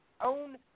own